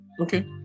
okay